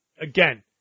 again